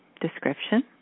description